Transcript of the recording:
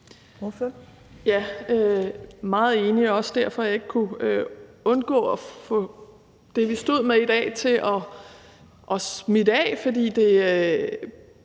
enig, og det er også derfor, at jeg ikke kunne undgå at få det, vi stod med i dag, til at smitte af, for det,